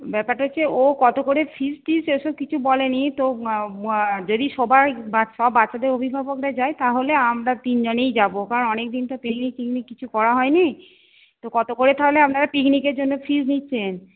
ব্যাপারটা হচ্ছে ও কত করে ফিস টিস এসব কিছু বলেনি যদি সবাই বাচ্চা সব বাচ্চাদের অভিভাবকরাই যায় তাহলে আমরা তিন জনেই যাবো কারণ অনেকদিন তো পিকনিক টিকনিক কিছু করা হয়নি তো কত করে তাহলে আপনারা পিকনিকের জন্য ফিস নিচ্ছেন